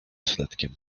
fredkiem